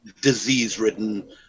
disease-ridden